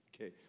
Okay